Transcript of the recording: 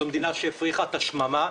זו מדינה שהפריחה את השממה.